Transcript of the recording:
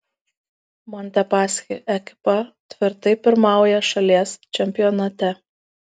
montepaschi ekipa tvirtai pirmauja šalies čempionate